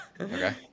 Okay